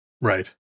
right